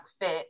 fit